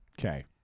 Okay